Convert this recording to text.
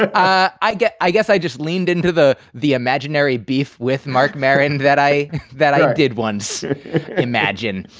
ah i i guess i guess i just leaned into the the imaginary beef with marc maron and that i that i did once imagine.